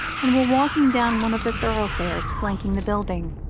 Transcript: and were walking down one of the thoroughfares flanking the building.